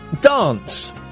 dance